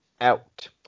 Out